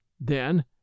Then